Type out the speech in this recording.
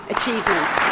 achievements